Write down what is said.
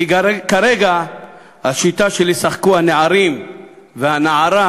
כי כרגע השיטה של ישחקו הנערים והנערה